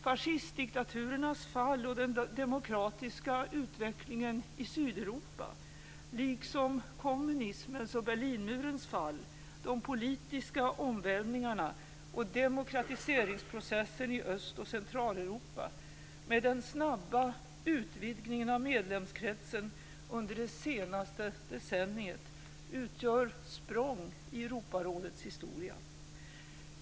Fascistdiktaturernas fall och den demokratiska utvecklingen i Sydeuropa, liksom kommunismens och Berlinmurens fall, de politiska omvälvningarna och demokratiseringsprocessen i Öst och Centraleuropa, med den snabba utvidgningen av medlemskretsen under det senaste decenniet, utgör språng i Europarådets historia.